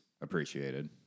appreciated